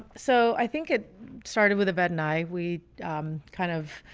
so i think it started with a bad night we kind of,